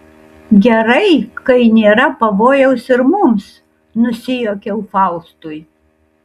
gerai kai nėra pavojaus ir mums nusijuokiau faustui